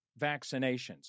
vaccinations